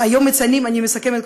אני מסכמת,